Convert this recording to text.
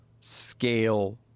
scale